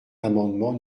l’amendement